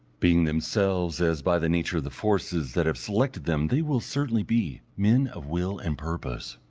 being themselves, as by the nature of the forces that have selected them they will certainly be, men of will and purpose,